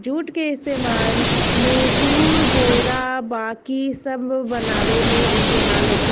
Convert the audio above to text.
जुट के इस्तेमाल लेजुर, बोरा बाकी सब बनावे मे इस्तेमाल होखेला